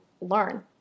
learn